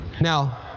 Now